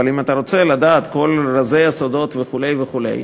אבל אם אתה רוצה לדעת את כל רזי הסודות וכו' וכו'